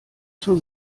zur